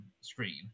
screen